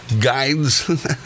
Guides